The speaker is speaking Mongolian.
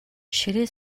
ширээ